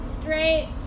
straight